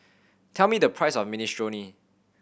tell me the price of Minestrone